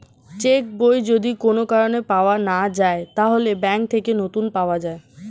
check বই যদি কোন কারণে পাওয়া না যায়, তাহলে ব্যাংক থেকে নতুন পাওয়া যায়